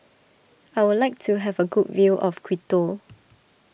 I would like to have a good view of Quito